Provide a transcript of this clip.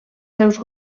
seus